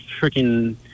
freaking